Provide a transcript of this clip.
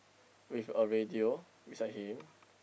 with a radio beside him